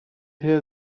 her